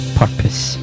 purpose